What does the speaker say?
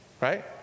Right